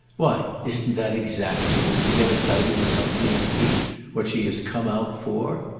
why, isn't that exactly to get a sight of the company i keep what she has come out for?